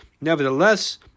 nevertheless